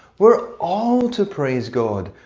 we're all to praise god!